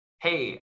Hey